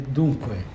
dunque